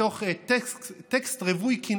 מתוך טקסט רווי קנאה.